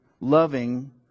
loving